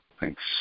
Thanks